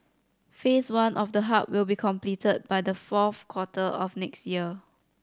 Phase One of the hub will be completed by the fourth quarter of next year